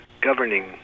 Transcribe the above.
governing